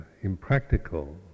impractical